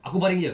aku baring jer